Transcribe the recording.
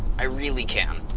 i really can.